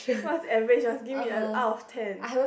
what's average you must give me and out of ten